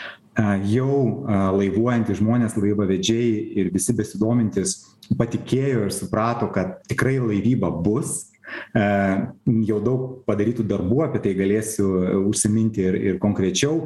e jau laivuojantys žmonės laivavedžiai ir visi besidomintys patikėjo ir suprato kad tikrai laivyba bus e jau daug padarytų darbų apie tai galėsiu užsiminti ir ir konkrečiau